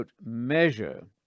measure